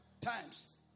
times